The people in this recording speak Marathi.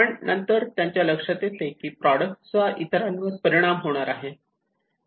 पण नंतर त्यांच्या लक्षात येते की प्रॉडक्टचा इतरांवर परिणाम होणार आहे